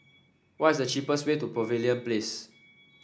what is the cheapest way to Pavilion Place